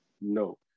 no